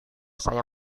saya